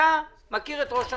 אתה מכיר את ראש הממשלה.